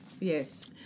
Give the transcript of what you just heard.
Yes